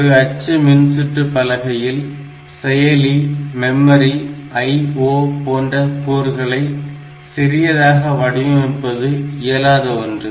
ஒரு அச்சு மின்சுற்று பலகையில் செயலி மெமரி IO போன்ற கூறுகளை சிறியதாக வடிவமைப்பது இயலாத ஒன்று